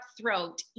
throat